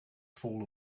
fall